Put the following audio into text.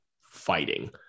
fighting